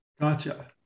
Gotcha